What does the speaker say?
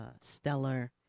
Stellar